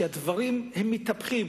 שהדברים מתהפכים.